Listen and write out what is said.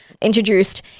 introduced